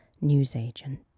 newsagent